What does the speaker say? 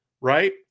right